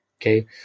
okay